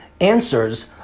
answers